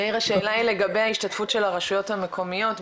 יאיר השאלה היא לגבי ההשתתפות של הראשויות המקומיות,